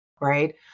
right